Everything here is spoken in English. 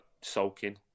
sulking